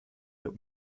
der